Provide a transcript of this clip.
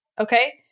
Okay